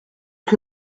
que